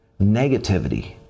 negativity